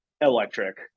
electric